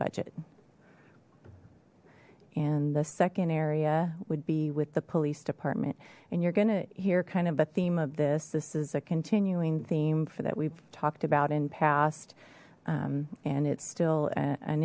budget and the second area would be with the police department and you're going to hear kind of a theme of this this is a continuing theme for that we've talked about in past and it's still an